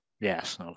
yes